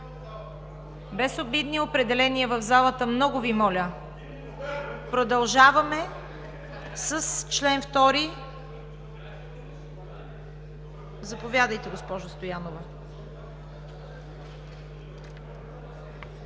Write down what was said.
Без обидни определения в залата, много Ви моля! Продължаваме с чл. 2. Заповядайте, госпожо Стоянова.